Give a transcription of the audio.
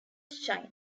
china